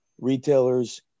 Retailers